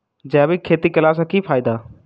जैविक खेती केला सऽ की फायदा?